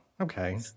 okay